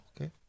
okay